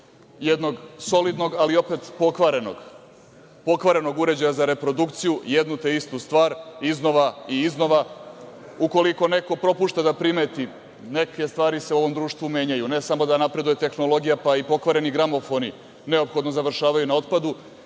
jednog solidnog, ali opet pokvarenog uređaja za reprodukciju jedno te istu stvar, iznova i iznova. Ukoliko neko propušta da primeti neke stvari se u ovom društvu menjaju, ne samo da napreduje tehnologija, pa i pokvareni gramofoni neophodno završavaju na otpadu,